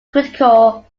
critical